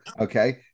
okay